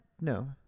No